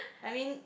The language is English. I mean